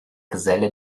geselle